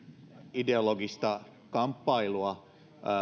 ideologista kamppailua